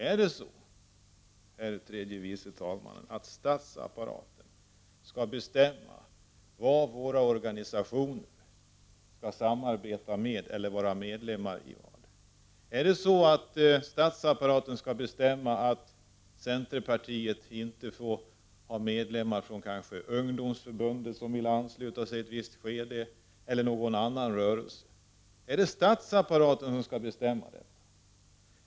Är det så, herr tredje vice talman, att statsapparaten skall bestämma vilka våra organisationer skall samarbeta med eller vad de skall vara medlemmar av? Är det så att statsapparaten skall bestämma att centerpartiet inte får ha medlemmar från ungdomsförbundet eller någon annan rörelse om de nu skulle vilja ansluta sig i ett visst skede? Är det statsapparaten som skall bestämma detta?